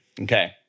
Okay